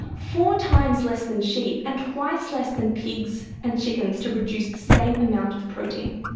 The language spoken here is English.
four times less than sheep and twice less than pigs and chickens to produce the same amount of protein.